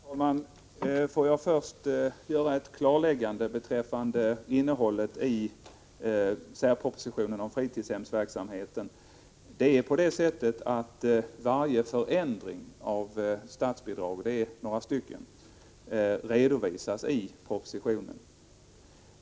Herr talman! Får jag först göra ett klargörande beträffande innehållet i särpropositionen om fritidshemsverksamheten. Varje förändring av statsbidrag, det är några stycken, redovisas i propositionen.